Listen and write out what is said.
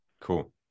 cool